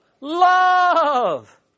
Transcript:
love